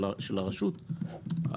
של הרשות,